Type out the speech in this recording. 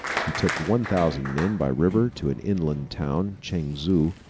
he took one thousand men by river to an inland town, chanzu.